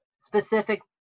specific